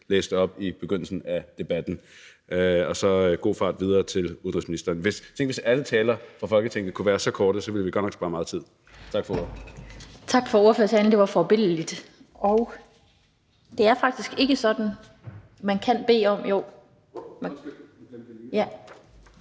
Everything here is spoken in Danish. læste op i begyndelsen af debatten, og så god fart videre til udenrigsministeren. Tænk, hvis alle taler i Folketinget kunne være så korte. Så ville vi godt nok spare meget tid. Tak for ordet.